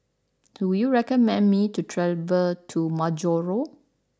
do you recommend me to travel to Majuro